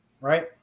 Right